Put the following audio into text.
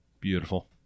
Beautiful